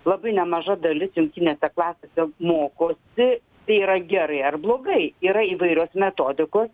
labai nemaža dalis jungtinėse klasėse mokosi tai yra gerai ar blogai yra įvairios metodikos